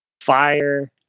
fire